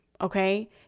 Okay